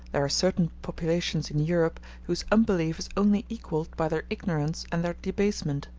there are certain populations in europe whose unbelief is only equalled by their ignorance and their debasement,